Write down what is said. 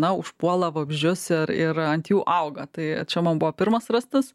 na užpuola vabzdžius ir ir ant jų auga tai čia man buvo pirmas rastas